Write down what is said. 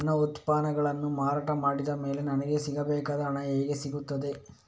ನನ್ನ ಉತ್ಪನ್ನಗಳನ್ನು ಮಾರಾಟ ಮಾಡಿದ ಮೇಲೆ ನನಗೆ ಸಿಗಬೇಕಾದ ಹಣ ಹೇಗೆ ಸಿಗುತ್ತದೆ?